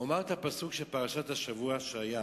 אומר את הפסוק של פרשת השבוע שהיה.